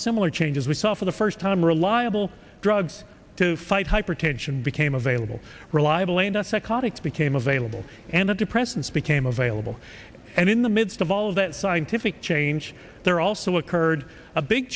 similar changes we saw for the first time reliable drugs to fight hypertension became available reliable and not psychotic became available and that their presence became available and in the midst of all of that scientific change there also occurred a big